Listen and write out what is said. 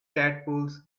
tadpoles